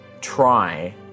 try